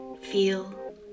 feel